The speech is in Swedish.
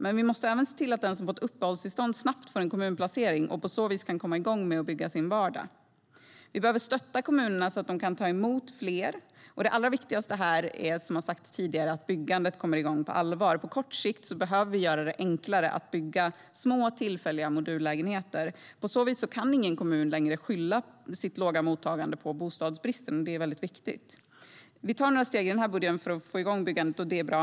Men vi måste även se till att den som fått uppehållstillstånd snabbt får en kommunplacering och på så vis kan komma igång med att bygga sin vardag. Vi behöver stötta kommunerna så att de kan ta emot fler. Det allra viktigaste här är, som har sagts tidigare, att byggandet kommer igång på allvar. På kort sikt behöver vi göra det enklare att bygga små, tillfälliga modullägenheter. På så vis kan ingen kommun längre skylla sitt låga mottagande på bostadsbristen, och det är viktigt. Vi tar några steg i den här budgeten för att få igång byggandet, och det är bra.